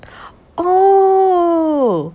oh